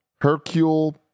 Hercule